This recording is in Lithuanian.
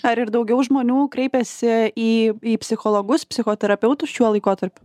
ar ir daugiau žmonių kreipiasi į į psichologus psichoterapeutus šiuo laikotarpiu